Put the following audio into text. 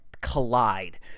Collide